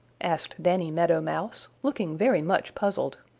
asked danny meadow mouse, looking very much puzzled.